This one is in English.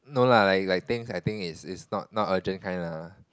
no lah like I think I think is is not not urgent kind lah